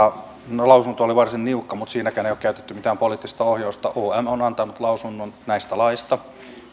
että lausunto oli varsin niukka mutta siinäkään ei ole käytetty mitään poliittista ohjausta om on antanut lausunnon näistä laeista